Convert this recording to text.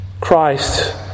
Christ